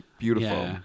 Beautiful